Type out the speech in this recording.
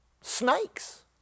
snakes